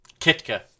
Kitka